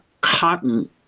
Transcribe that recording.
cotton